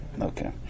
okay